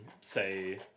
say